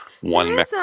One